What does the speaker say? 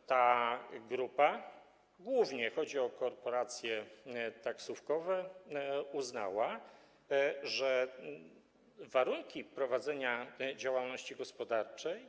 I ta grupa, głównie chodzi o korporacje taksówkowe, uznała, że warunki prowadzenia działalności gospodarczej